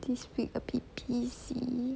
this week a P_T_C